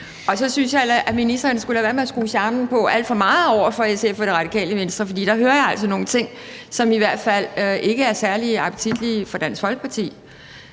og så synes jeg, at ministeren skulle lade være med at skrue charmen alt for meget på over for SF og Radikale Venstre, for der hører jeg altså nogle ting, som i hvert fald ikke er særlig appetitlige for Dansk Folkeparti.